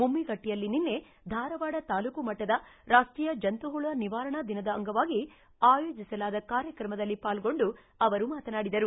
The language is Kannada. ಮುಮ್ಗಿಗಟ್ಲಿಯಲ್ಲಿ ನಿನ್ನೆ ಧಾರವಾಡ ತಾಲೂಕು ಮಟ್ಟದ ರಾಷ್ಷೀಯ ಜಂತುಮಳು ನಿವಾರಣಾ ದಿನದ ಅಂಗವಾಗಿ ಆಯೋಜಿಸಲಾದ ಕಾರ್ಯಕ್ರಮದಲ್ಲಿ ಪಾಲ್ಗೊಂಡು ಅವರು ಮಾತನಾಡಿದರು